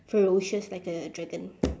ferocious like a dragon